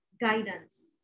guidance